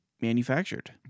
manufactured